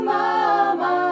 Mama